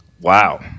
Wow